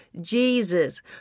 Jesus